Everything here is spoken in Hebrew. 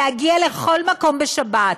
להגיע לכל מקום בשבת,